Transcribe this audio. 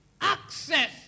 access